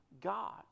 God